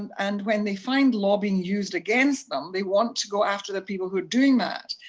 and when they find law being used against them, they want to go after the people who are doing that.